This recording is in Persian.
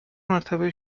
مرتبه